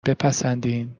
بپسندین